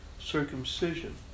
circumcision